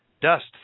dust